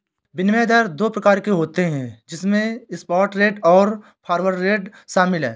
विनिमय दर दो प्रकार के होते है जिसमे स्पॉट रेट और फॉरवर्ड रेट शामिल है